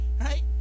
Right